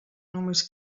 només